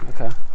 Okay